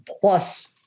plus